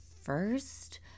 first